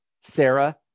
Sarah